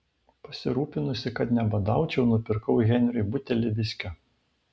pasirūpinusi kad nebadaučiau nupirkau henriui butelį viskio